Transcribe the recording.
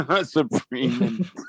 Supreme